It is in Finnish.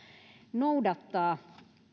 noudattaa